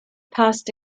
passed